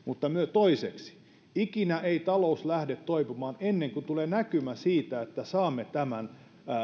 toiseksi ikinä ei talous lähde toipumaan ennen kuin tulee näkymä siitä että saamme tämän